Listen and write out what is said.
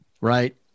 Right